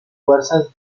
fuerzas